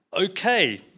Okay